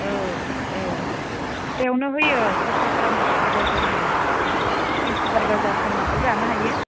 औ औ सप्तायावनो होयो खरसा खालामनो सुबिदा जानायनि बे बिस्तिबार बाजार खालामनाबो जानो हायो